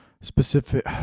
specific